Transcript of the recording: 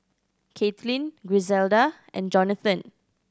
Caitlyn Griselda and Jonathan